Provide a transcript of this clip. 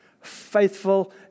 Faithful